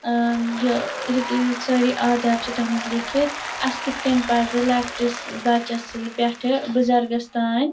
ٲں یہِ سٲری آداب چھِ تَتھ مَنٛز لیٚکھِتھ اسہِ کِتھ کٔنۍ پَزِ لۄکٹِس بَچَس پٮ۪ٹھہٕ بُزَرگَس تانۍ